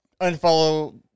unfollow